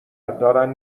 دارن